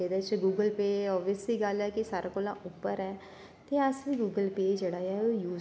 जेह्दै बिच्च गुगल पे औविसली गल्ल ऐ कि सारें कोला उप्पर ऐ ते अस बी जेह्ड़ा ओ गुगल पे यूज करा करने आं